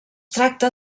tracta